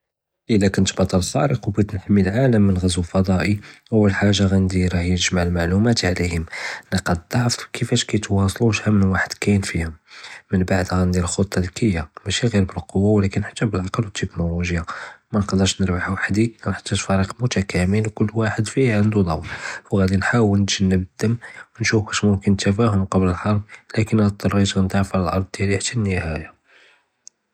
אלא קונט בצל חארק ו בג'ית נחמי אלעלם מן עג'ו פאדאא אול וחדה גאנדירה היא נג'מע אלמעלומאת עליהם נקט אלדעף כיפאש קיתוואסלו ו שחל מן ואחד קיין פייהם, מןבעיד גאנדיר חכמה מזכיה משי גר בלקווא ולקין חתי בעלקלא ואלטכנולוגיה מןעגדרש נרבח וחדי נחתאג פיריק מתקאמל קול ואחד פייהם ענדו דור ו גאני נהאול נתגנב אלדם ונשוף קש מומכן אלתפאهم מן לפני אלחרב ולکن אינ אצטארת נדאפע ען אלארד דיעלי חתי אלניהאיה.